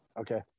Okay